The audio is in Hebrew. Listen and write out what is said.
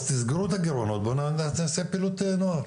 אז תסגרו את הגירעונות בואו נעשה פעילות לנוער.